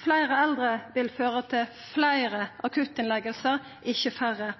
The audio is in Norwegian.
Fleire eldre vil føra til fleire akuttinnleggingar, ikkje færre.